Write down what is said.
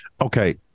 okay